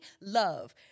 love